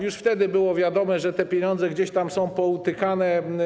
Już wtedy było wiadomo, że te pieniądze gdzieś tam są poutykane.